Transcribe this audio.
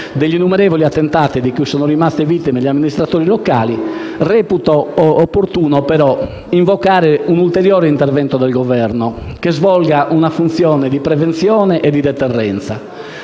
degli innumerevoli attentati di cui sono rimaste vittime gli amministratori locali, reputo opportuno invocare un ulteriore intervento del Governo che svolga una funzione di prevenzione e di deterrenza.